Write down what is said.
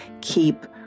keep